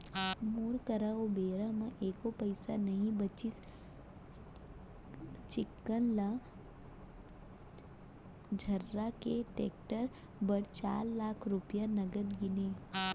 मोर करा ओ बेरा म एको पइसा नइ बचिस चिक्कन ल झर्रा के टेक्टर बर चार लाख रूपया नगद गिनें